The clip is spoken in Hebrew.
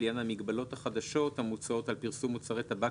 לעניין המגבלות החדשות המוצעות על פרסום מוצרי טבק